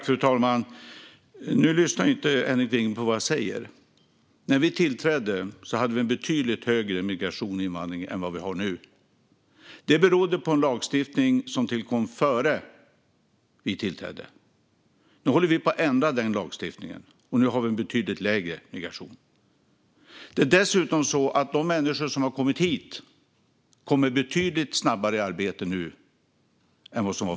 Fru talman! Nu lyssnar inte Henrik Vinge på vad jag säger. När vi tillträdde var det en betydligt högre migration och invandring än nu. Det berodde på en lagstiftning som tillkom innan vi tillträdde. Nu håller vi på att ändra den lagstiftningen, och nu är det en betydligt lägre migration. De människor som har kommit hit kommer betydligt snabbare i arbete nu än tidigare.